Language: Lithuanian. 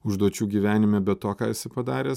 užduočių gyvenime bet to ką esi padaręs